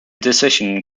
decision